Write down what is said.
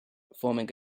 forming